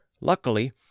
Luckily